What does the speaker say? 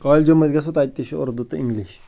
کالجن منٛز گَژھو تَتہِ تہِ چھِ اُردو تہٕ اِنگلِش